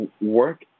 work